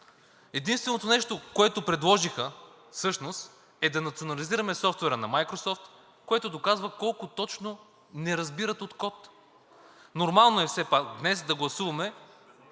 Единственото нещо, което предложиха, всъщност е да национализираме софтуера на Microsoft, което доказва колко точно не разбират от код. Нормално е все пак днес да гласуваме